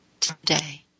Today